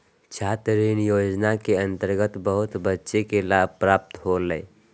छात्र ऋण योजना के अंतर्गत बहुत बच्चा के लाभ प्राप्त होलय